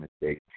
mistake